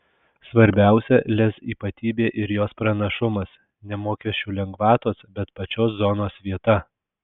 svarbiausia lez ypatybė ir jos pranašumas ne mokesčių lengvatos bet pačios zonos vieta